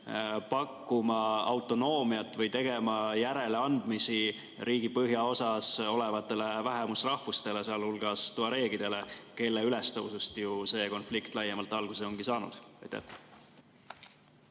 pakkuma autonoomiat või tegema järeleandmisi riigi põhjaosas olevatele vähemusrahvustele, sh tuareegidele, kelle ülestõusust ju see konflikt laiemalt alguse ongi saanud?